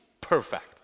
perfect